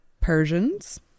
Persians